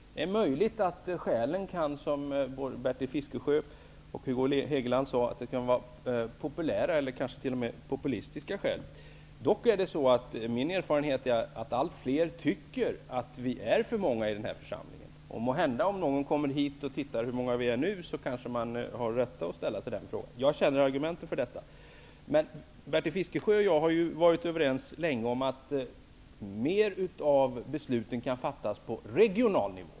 Det är möjligt att skälen, som både Bertil Fiskesjö och Hugo Hegeland sade, är populära, eller kanske t.o.m. populistiska. Dock är det min erfarenhet att allt fler tycker att vi i den här församlingen är för många. Måhända är det så. Den som kommer hit och ser hur många vi är nu kan kanske med rätta ställa här aktuella fråga. Jag känner argumenten för detta. Bertil Fiskesjö och jag har länge varit överens om att fler beslut kan fattas på regional nivå.